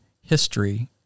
history